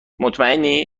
مطمئنی